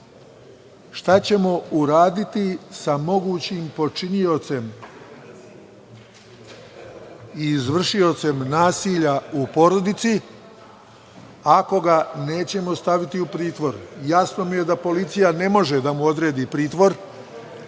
šta ćemo uraditi sa mogućim počiniocem i izvršiocem nasilja u porodici ako ga nećemo staviti u pritvor. Jasno mi je da policija ne može da mu odredi pritvor,